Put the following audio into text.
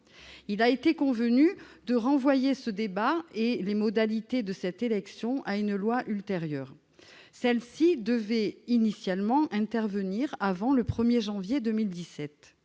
Il a été convenu de renvoyer ce débat et les modalités de cette élection à une loi ultérieure. Celle-ci devait initialement intervenir avant le 1 janvier 2017.